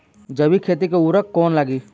जैविक खेती मे उर्वरक कौन लागी?